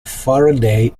faraday